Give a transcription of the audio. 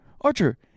archer